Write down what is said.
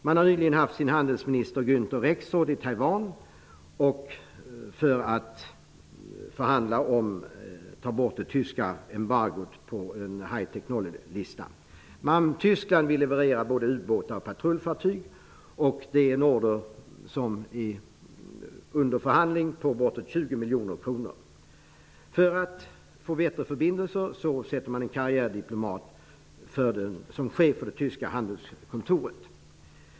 De har nyligen haft sin handelsminister Günter Rexrodt i Taiwan för att förhandla om att ta bort det tyska embargot på en ''high technology-lista''. Tyskland vill levera både u-båtar och patrullfartyg. En order på bortåt 20 miljoner kronor är under förhandling. För att få bättre förbindelser sätter man en karriärdiplomat som chef för det tyska handelskontoret.